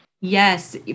Yes